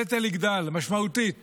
הנטל יגדל משמעותית